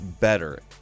better